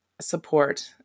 support